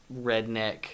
redneck